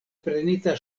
prenita